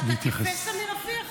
אתה כפסע מרפיח?